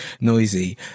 noisy